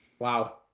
Wow